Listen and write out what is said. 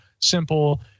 simple